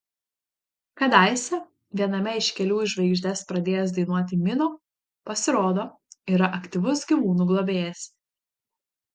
kadaise viename iš kelių į žvaigždes pradėjęs dainuoti mino pasirodo yra aktyvus gyvūnų globėjas